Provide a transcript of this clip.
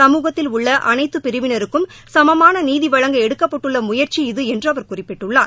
சமூகத்தில் உள்ள அனைத்து பிரிவினருக்கும் சமமான நீதி வழங்க எடுக்கப்பட்டுள்ள முயற்சி இது என்று அவர் குறிப்பிட்டுள்ளார்